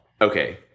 Okay